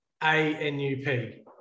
A-N-U-P